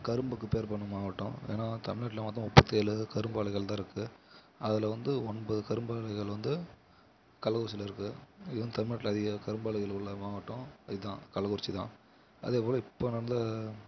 கரும்புக்கு பேர் போன மாவட்டம் ஏன்னால் தமிழ்நாட்டில் வந்து முப்பத்தேழு கரும்பு ஆலைகள் தான் இருக்குது அதில் வந்து ஒன்பது கரும்பு ஆலைகள் வந்து கள்ளக்குறிச்சியில் இருக்குது அதிகம் தமிழ்நாட்டில் அதிகம் கரும்பு ஆலைகள் உள்ள மாவட்டம் இதுதான் கள்ளக்குறிச்சி தான் அதே போல் இப்போ நடந்த